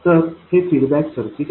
तर हे feedback circuit आहे